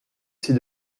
c’est